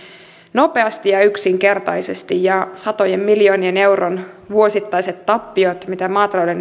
nopeasti ja yksinkertaisesti ja satojen miljoonien eurojen vuosittaiset tappiot mitä maataloudelle nyt